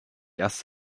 erst